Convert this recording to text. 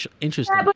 interesting